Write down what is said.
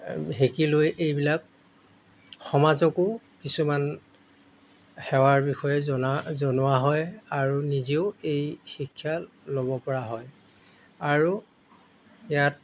শিকি লৈ এইবিলাক সমাজকো কিছুমান সেৱাৰ বিষয়ে জনা জনোৱা হয় আৰু নিজেও এই শিক্ষা ল'ব পৰা হয় আৰু ইয়াত